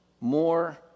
more